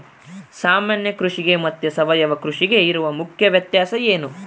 ಸಾಮಾನ್ಯ ಕೃಷಿಗೆ ಮತ್ತೆ ಸಾವಯವ ಕೃಷಿಗೆ ಇರುವ ಮುಖ್ಯ ವ್ಯತ್ಯಾಸ ಏನು?